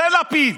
זה לפיד.